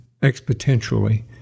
exponentially